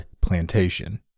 Plantation